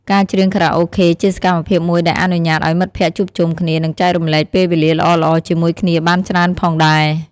ការច្រៀងខារ៉ាអូខេជាសកម្មភាពមួយដែលអនុញ្ញាតឱ្យមិត្តភក្តិជួបជុំគ្នា និងចែករំលែកពេលវេលាល្អៗជាមួយគ្នាបានច្រើនផងដែរ។